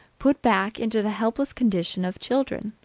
put back into the helpless condition of children.